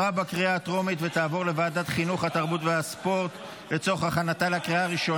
לוועדת החינוך, התרבות והספורט נתקבלה.